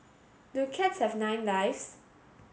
do cats have nine lives